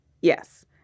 Yes